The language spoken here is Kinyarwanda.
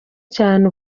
cyane